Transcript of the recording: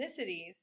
ethnicities